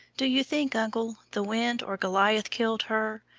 do you think, uncle, the wind or goliath killed her?